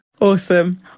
Awesome